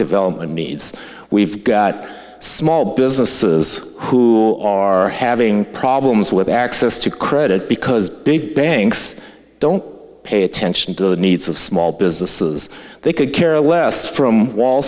development needs we've got small businesses who are having problems with access to credit because big banks don't pay attention to the needs of small businesses they could care less from wall